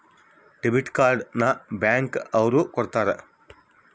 debit card ನ bank ಅವ್ರು ಕೊಡ್ತಾರ